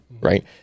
right